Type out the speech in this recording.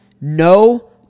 no